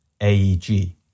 AEG